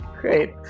Great